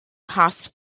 costs